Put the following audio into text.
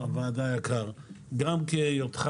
למה אזורי תעשייה מפותחים כל כך יפה